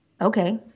Okay